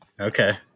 okay